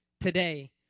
today